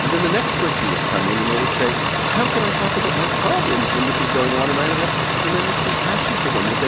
and then the next person would come in and they would say how can i talk about my problems when this is going on? and i would have tremendous compassion for them, that